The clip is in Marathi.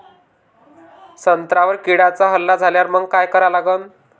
संत्र्यावर किड्यांचा हल्ला झाल्यावर मंग काय करा लागन?